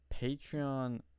Patreon